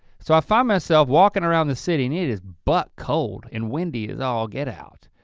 so i find myself walking around the city and it is butt cold and windy as all get out.